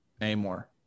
anymore